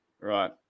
Right